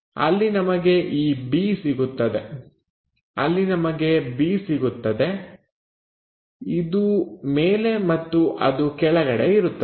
ಅಲ್ಲಿ ನಮಗೆ ಈ b ಸಿಗುತ್ತದೆ ಅಲ್ಲಿ ನಮಗೆ b ಸಿಗುತ್ತದೆ ಇದು ಮೇಲೆ ಮತ್ತು ಅದು ಕೆಳಗಡೆ ಇರುತ್ತದೆ